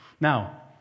Now